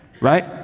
right